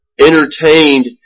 entertained